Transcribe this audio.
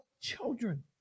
children